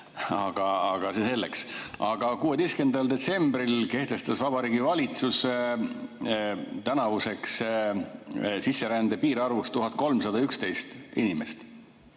16. detsembril kehtestas Vabariigi Valitsus tänavuseks sisserände piirarvuks 1311 inimest.